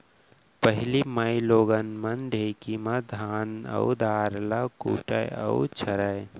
पहिली माइलोगन मन ढेंकी म धान अउ दार ल कूटय अउ छरयँ